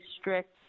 strict